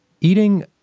eating